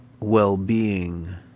well-being